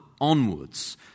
onwards